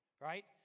right